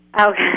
Okay